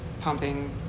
pumping